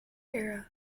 era